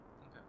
Okay